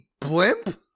Blimp